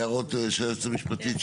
הערות של היועצת המשפטית.